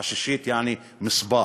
עששית, יעני מסבאח.